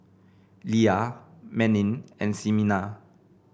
Lia Manning and Ximena